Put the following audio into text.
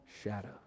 shadow